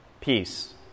peace